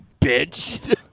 bitch